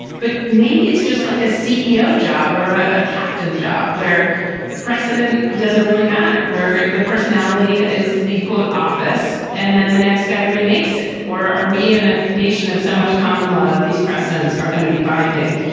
but maybe it's just like a ceo job or ah a captain job where precedent doesn't really matter where the personality is. the quote office and then the next guy remakes it. or are we in a nation of so much common law that these precedents are going to be binding?